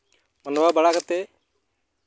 ᱢᱟᱰᱣᱟ ᱵᱟᱲᱟ ᱠᱟᱛᱮᱫ